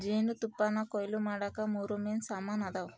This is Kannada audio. ಜೇನುತುಪ್ಪಾನಕೊಯ್ಲು ಮಾಡಾಕ ಮೂರು ಮೇನ್ ಸಾಮಾನ್ ಅದಾವ